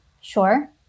sure